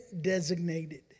designated